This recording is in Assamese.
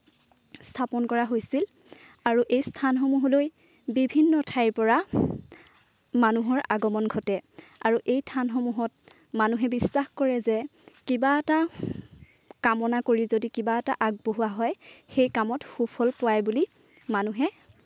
স্থাপন কৰা হৈছিল আৰু এই স্থানসমূহলৈ বিভিন্ন ঠাইৰ পৰা মানুহৰ আগমন ঘটে আৰু এই থানসমূহত মানুহে বিশ্বাস কৰে যে কিবা এটা কামনা কৰি যদি কিবা এটা আগবঢ়োৱা হয় সেই কামত সুফল পায় বুলি মানুহে